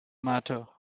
matter